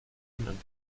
bienen